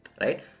right